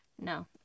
No